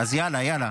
אז יאללה, יאללה.